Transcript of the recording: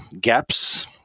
gaps